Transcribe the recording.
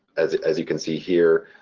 as as you can see here,